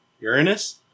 Uranus